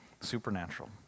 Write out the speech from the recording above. supernatural